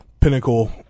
pinnacle